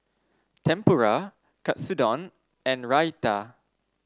Tempura Katsudon and Raita